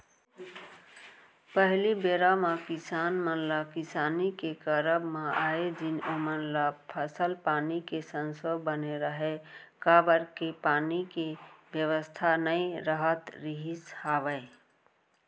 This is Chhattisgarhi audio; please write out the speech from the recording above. पहिली बेरा म किसान मन ल किसानी के करब म आए दिन ओमन ल फसल पानी के संसो बने रहय काबर के पानी के बेवस्था नइ राहत रिहिस हवय